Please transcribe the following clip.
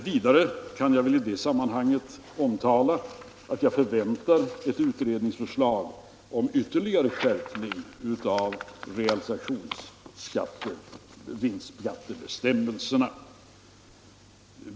Vidare kan jag i det sammanhanget omtala att jag förväntar ett utredningsförslag om ytterligare skärpning av realisationsvinstskattebestämmelserna.